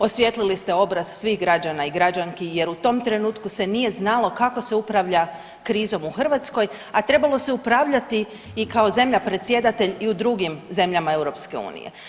Osvijetlili ste obraz svih građana i građanki jer u tom trenutku se nije znalo kako se upravlja krizom u Hrvatskoj, a trebalo se upravljati i kao zemlja predsjedatelj i u drugim zemljama EU.